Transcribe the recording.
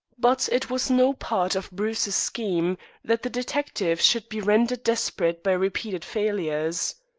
but it was no part of bruce's scheme that the detective should be rendered desperate by repeated failures.